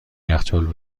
یخچال